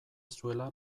zuela